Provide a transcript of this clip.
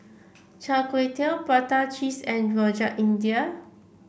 Char Kway Teow Prata Cheese and Rojak India